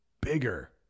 bigger